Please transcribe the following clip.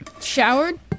Showered